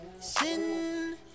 Sin